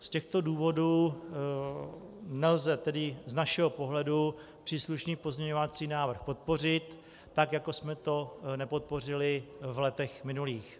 Z těchto důvodů nelze tedy z našeho pohledu příslušný pozměňovací návrh podpořit, tak jako jsme to nepodpořili v letech minulých.